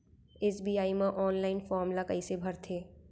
SBI म online form ल कइसे भरथे?